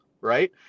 right